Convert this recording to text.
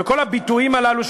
וכל הביטויים הללו,